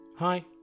Hi